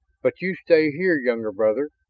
but you stay here, younger brother.